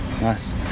Nice